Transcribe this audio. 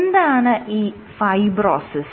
എന്താണ് ഈ ഫൈബ്രോസിസ്